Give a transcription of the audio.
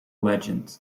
legend